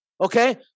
okay